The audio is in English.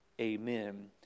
amen